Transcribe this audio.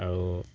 আৰু